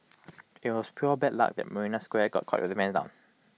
IT was pure bad luck marina square got caught with their pants down